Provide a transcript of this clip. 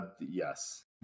Yes